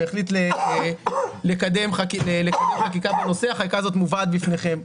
הוא החליט לקדם חקיקה בנושא והחקיקה הזאת מובאת בפניכם.